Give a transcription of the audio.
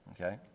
okay